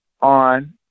on